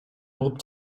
угуп